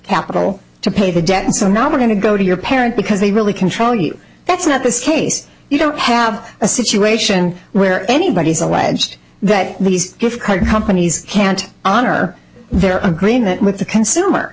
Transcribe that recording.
capital to pay the debt and so now we're going to go to your parent because they really control you that's not this case you don't have a situation where anybody's away just that these gift card companies can't honor their agreement with the consumer